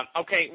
Okay